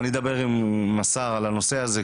אני אדבר עם השר על הנושא הזה,